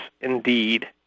indeed